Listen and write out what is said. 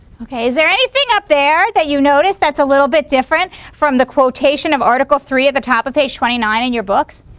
okay, is there anything up there that you notice? that's a little bit different from the quotation of article three of the top of page twenty nine in your books?